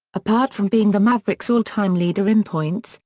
apart from being the mavericks' all-time leader in points,